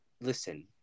listen